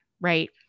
right